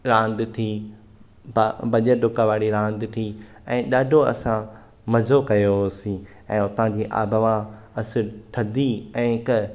रांद थी भॼु ॾुक वारी रांद थी ऐं ॾाढो असां मज़ो कयोसीं ऐं हुतां जी आबहवा असुलु थधी ऐं हिकु